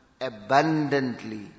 abundantly